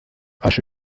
asche